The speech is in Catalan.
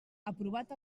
aprovat